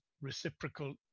reciprocal